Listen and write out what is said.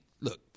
look